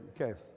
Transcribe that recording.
Okay